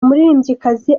umuririmbyikazi